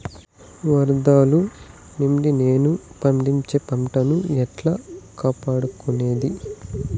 వరదలు నుండి నేను పండించే పంట ను ఎట్లా కాపాడుకునేది?